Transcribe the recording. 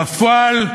בפועל,